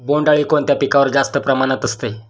बोंडअळी कोणत्या पिकावर जास्त प्रमाणात असते?